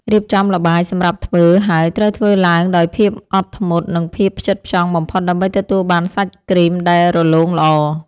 រៀបចំល្បាយសម្រាប់ធ្វើ ហើយត្រូវធ្វើឡើងដោយភាពអត់ធ្មត់ និងភាពផ្ចិតផ្ចង់បំផុតដើម្បីទទួលបានសាច់គ្រីមដែលរលោងល្អ។